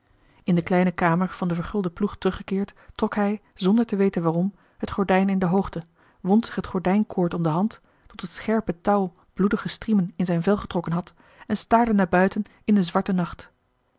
in de kleine kamer van den vergulden ploeg teruggekeerd trok hij zonder te weten waarom het gordijn in de hoogte wond zich het gordijnkoord om de hand tot het scherpe touw bloedige striemen in zijn vel getrokken had en staarde naar buiten in den zwarten nacht